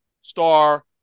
star